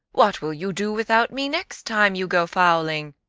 what will you do without me next time you go fowling?